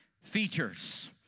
Features